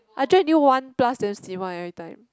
I drag until one plus then sleep one every time